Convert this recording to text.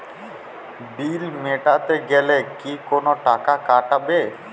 বিল মেটাতে গেলে কি কোনো টাকা কাটাবে?